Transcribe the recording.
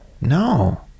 No